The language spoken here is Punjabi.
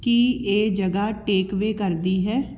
ਕੀ ਇਹ ਜਗ੍ਹਾ ਟੇਕਅਵੇ ਕਰਦੀ ਹੈ